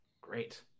great